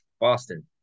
Boston